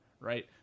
right